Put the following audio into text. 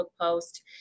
post